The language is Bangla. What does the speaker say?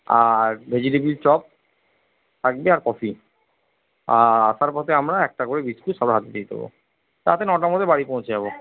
আর ভেজিটেবিল চপ থাকবে আর কফি আর আসার পথে আমরা একটা করে বিস্কুট সবার হাতে দিয়ে দেবো রাতে নটার মধ্যে বাড়ি পৌঁছে যাব